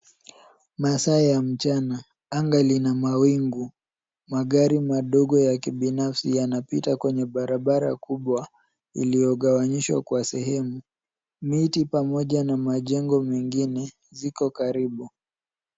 Masaa ya mchana. Anga lina mawingu. Magari madogo ya kibinafsi yanapita kwenye barabara kubwa iliyogawanyishwa kwa sehemu. Miti pamoja na majengo mengine ziko karibu.